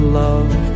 love